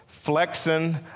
Flexing